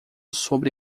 sobre